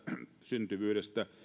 syntyvyydestä